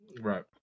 Right